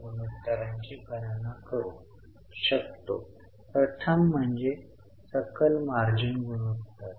येथे मी कंसात 6 वजा 5 दर्शविले आहे किंवा आपण 6000 वजा 5000 म्हणू शकता ते मिळवून 1000 आहे